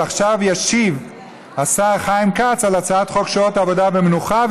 עכשיו ישיב השר חיים כץ על הצעת חוק שעות עבודה ומנוחה,